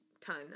ton